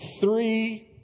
three